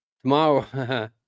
Tomorrow